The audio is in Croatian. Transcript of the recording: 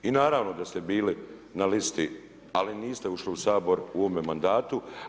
I naravno da ste bili na listi ali niste ušli u Sabor u ovome mandatu.